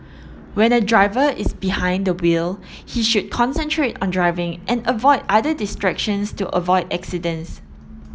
when a driver is behind the wheel he should concentrate on driving and avoid other distractions to avoid accidents